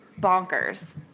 bonkers